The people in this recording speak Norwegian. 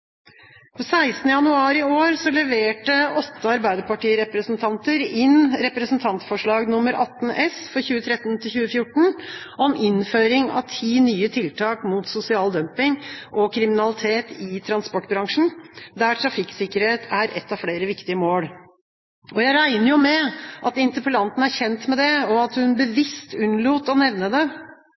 januar i år leverte åtte Arbeiderparti-representanter inn representantforslag nr. 18 S for 2013–2014, om innføring av ti nye tiltak mot sosial dumping og kriminalitet i transportbransjen, der trafikksikkerhet er ett av flere viktige mål. Jeg regner med at interpellanten er kjent med det, og at hun bevisst unnlot å nevne det, og at denne interpellasjonen på den måten er et forsøk på å ta tilbake det